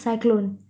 cyclone